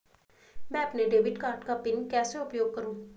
मैं अपने debit card का पिन कैसे उपयोग करूँ?